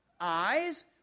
eyes